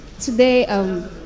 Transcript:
today